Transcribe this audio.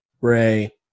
Ray